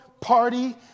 party